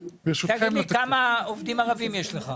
תגיד לי, כמה עובדים ערבים יש לך?